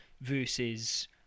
versus